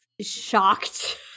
shocked